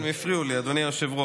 הם הפריעו לי, אדוני היושב-ראש.